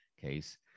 case